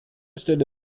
stelle